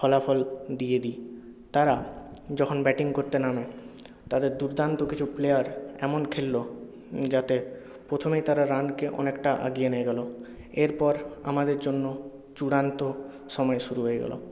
ফলাফল দিয়ে দিই তারা যখন ব্যাটিং করতে নামে তাদের দুর্দান্ত কিছু প্লেয়ার এমন খেললো যাতে প্রথমেই তারা রানকে অনেকটা আগিয়ে নিয়ে গেল এরপর আমাদের জন্য চূড়ান্ত সময় শুরু হয়ে গেল